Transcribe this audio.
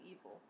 evil